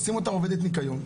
עושים אותה עובדת ניקיון,